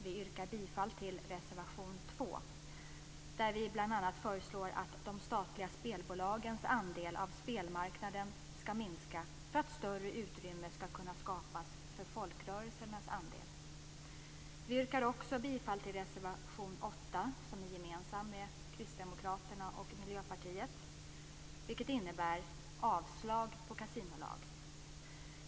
Vi yrkar bifall till reservation 2, där vi bl.a. föreslår att de statliga spelbolagens andel av spelmarknaden skall minska för att större utrymme skall kunna skapas för folkrörelsernas andel. Vi yrkar också bifall till reservation 8, som vi har gemensamt med Kristdemokraterna och Miljöpartiet, vilket innebär avslag på förslaget om kasinolag.